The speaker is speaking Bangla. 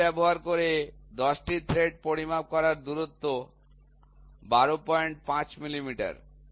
স্কেল ব্যবহার করে ১০টি থ্রেড পরিমাপ করা দূরত্ব ১২৫ মিলিমিটার